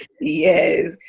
Yes